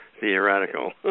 theoretical